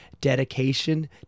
dedication